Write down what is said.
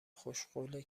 خوشقوله